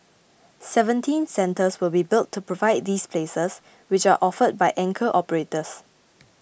seventeen centres will be built to provide these places which are offered by anchor operators